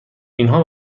اینها